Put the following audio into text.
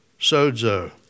Sozo